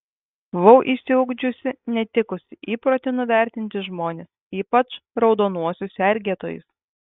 buvau išsiugdžiusi netikusį įprotį nuvertinti žmones ypač raudonuosius sergėtojus